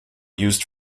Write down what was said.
used